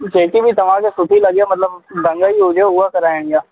जेकी बि तव्हांखे सुठी लॻे मतलबु बढ़िया ई हुजे उहा कराइणी आहे